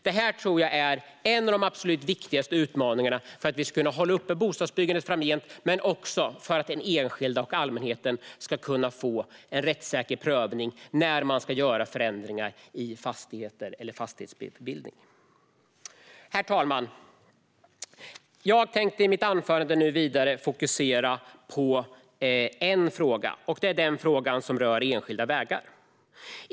Jag tror att detta är en av de absolut viktigaste utmaningarna när det gäller att kunna upprätthålla bostadsbyggandet framgent. Det handlar också om att enskilda och allmänheten ska kunna få en rättssäker prövning när man ska göra förändringar i fastigheter eller fastighetsbildning. Herr talman! Jag tänkte i mitt anförande vidare fokusera på en fråga - frågan om enskilda vägar.